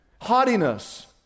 Haughtiness